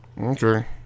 Okay